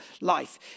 life